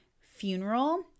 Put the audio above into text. funeral